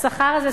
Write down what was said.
השכר הזה,